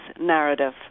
narrative